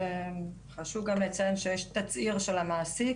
חשוב גם לציין שיש תצהיר של המעסיק,